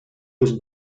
was